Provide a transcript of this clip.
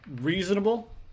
reasonable